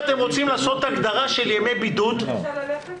אם אתם רוצים לעשות הגדרה של ימי בידוד --- אפשר ללכת?